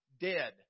dead